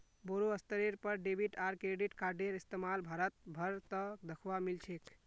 बोरो स्तरेर पर डेबिट आर क्रेडिट कार्डेर इस्तमाल भारत भर त दखवा मिल छेक